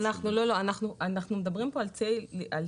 לפי מה שאני מבינה אנחנו מדברים כאן על ציי רכב,